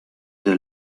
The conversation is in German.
der